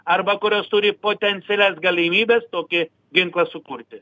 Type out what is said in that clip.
arba kurios turi potencialias galimybes tokį ginklą sukurti